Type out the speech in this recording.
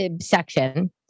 section